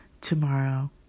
tomorrow